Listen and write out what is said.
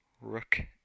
Rook